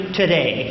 today